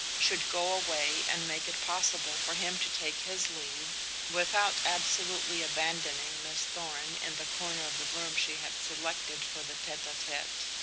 should go away and make it possible for him to take his leave without absolutely abandoning miss thorn in the corner of the room she had selected for the tete-a-tete.